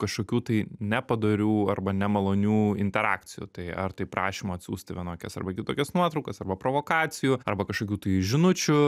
kažkokių tai nepadorių arba nemalonių interakcijų tai ar tai prašymų atsiųsti vienokias arba kitokias nuotraukas arba provokacijų arba kažkokių tai žinučių